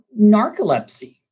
narcolepsy